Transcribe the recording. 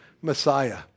Messiah